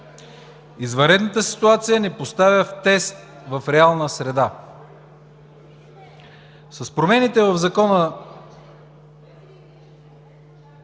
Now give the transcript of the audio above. Извънредната ситуация ни поставя в тест в реална среда. С промените в Закона